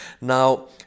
Now